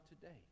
today